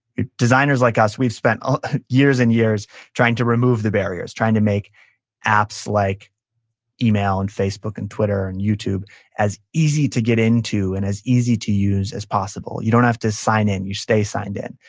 designers like us, we've spent ah years and years trying to remove the barriers, trying to make apps like email, and facebook, and twitter, and youtube as easy to get into and as easy to use as possible. you don't have to sign in. you stay signed in.